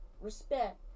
Respect